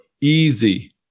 easy